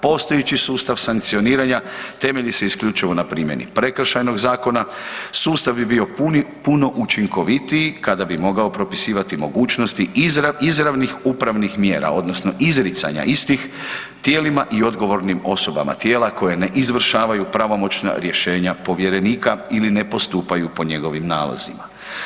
Postojeći sustav sankcioniranja temelji se isključivo na primjeni Prekršajnog zakona, sustav bi bio puno učinkovitiji kada bi mogao propisivati mogućnosti izravnih upravnih mjera odnosno izricanja istih tijelima i odgovornim osobama tijela koja ne izvršavaju pravomoćna rješenja povjerenika ili ne postupaju po njegovim nalozima.